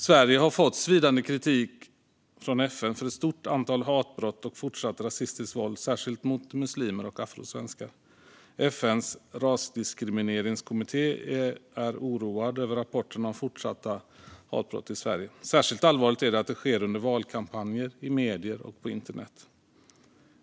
Sverige har fått svidande kritik från FN för ett stort antal hatbrott och fortsatt rasistiskt våld särskilt mot muslimer och afrosvenskar. FN:s rasdiskrimineringskommitté är oroad över rapporterna om fortsatta hatbrott i Sverige. Särskilt allvarligt är att det sker under valkampanjer, i medier och på internet.